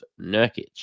Nurkic